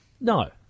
No